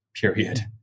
period